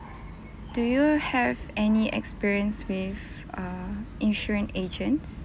do you have any experience with err insurance agents